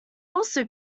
also